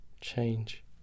Change